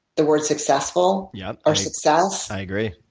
the word successful yeah or success. i agree.